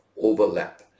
overlap